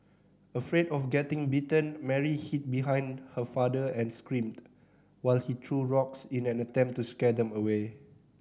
afraid of getting bitten Mary hid behind her father and screamed while he threw rocks in an attempt to scare them away